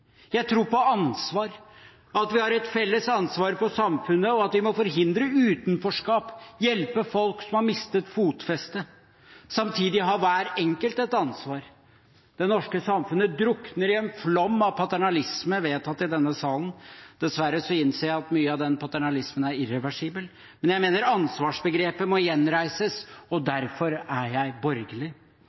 Jeg tror på ansvar, at vi har et felles ansvar for samfunnet, og at vi må forhindre utenforskap, hjelpe folk som har mistet fotfestet. Samtidig har hver enkelt et ansvar. Det norske samfunnet drukner i en flom av paternalisme vedtatt i denne salen. Dessverre innser jeg at mye av den paternalismen er irreversibel. Men jeg mener ansvarsbegrepet må gjenreises, og derfor er jeg borgerlig.